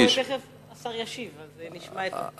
תיכף השר ישיב, אז נשמע את דבריו.